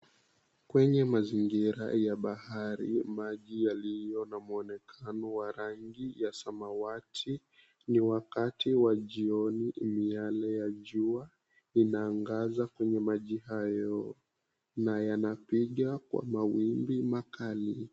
Kwenye mazingira ya bahari ,maji yaliyo na mwonekano wa rangi ya samawati. Ni wakati wa jioni miale ya jua inaangaza kwenye maji hayo na yanapiga kwa mawimbi makali.